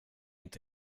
inte